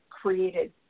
created